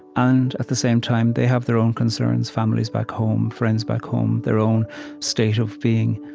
and, at the same time, they have their own concerns families back home friends back home their own state of being.